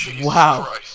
wow